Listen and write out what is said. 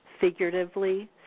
figuratively